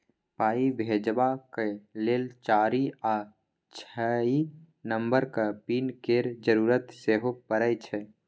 पाइ भेजबाक लेल चारि या छअ नंबरक पिन केर जरुरत सेहो परय छै